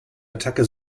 attacke